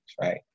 right